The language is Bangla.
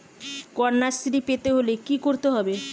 কন্যাশ্রী পেতে হলে কি করতে হবে?